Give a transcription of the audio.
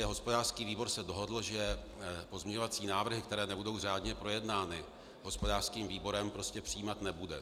Hospodářský výbor se dohodl, že pozměňovací návrhy, které nebudou řádně projednány hospodářským výborem, prostě přijímat nebude.